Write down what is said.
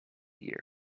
year